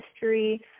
history